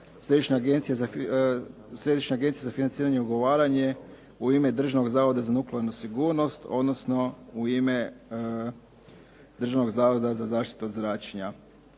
Središnja agencija za financiranje i ugovaranje u ime Državnog zavoda za nuklearnu sigurnost, odnosno u ime Državnog zavoda za zaštitu od zračenja.